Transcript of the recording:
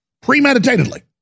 premeditatedly